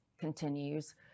continues